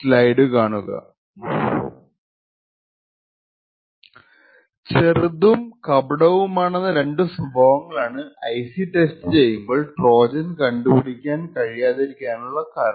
slide കാണുക സമയം 653 ചെറുതും കപടവുമാണെന്ന രണ്ടു സ്വഭാവങ്ങളാണ് ഐസി ടെസ്റ്റ് ചെയ്യുമ്പോൾ ട്രോജൻ കണ്ടുപിടിക്കാൻ കഴിയാതിരിക്കാനുള്ള കാരണം